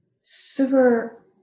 super